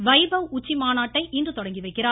வைபவ் உச்சிமாநாட்டை இன்று தொடங்கி வைக்கிறார்